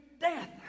death